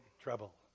trouble